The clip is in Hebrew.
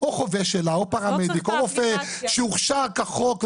או חובש שלה, או פרמדיק, או רופא שהוכשר כחוק.